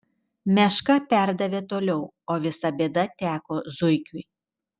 meška perdavė toliau o visa bėda teko zuikiui